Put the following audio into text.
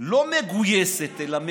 לא מגויסת אלא מגייסת.